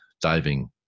diving